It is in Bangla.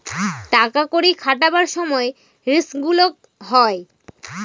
টাকা কড়ি খাটাবার সময় রিস্ক গুলো হয়